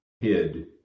hid